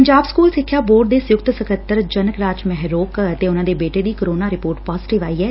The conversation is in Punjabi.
ਪੰਜਾਬ ਸਕੂਲ ਸਿੱਖਿਆ ਬੋਰਡ ਦੇ ਸੰਯੁਕਤ ਸਕੱਤਰ ਜਨਕ ਰਾਜ ਮਹਿਰੋਕ ਅਤੇ ਉਨਾਂ ਦੇ ਬੇਟੇ ਦੀ ਕੋਰੋਨਾ ਰਿਪੋਰਟ ਪਾਜ਼ੇਟਿਵ ਆਈ ਏ